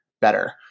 better